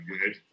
good